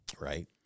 Right